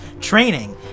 training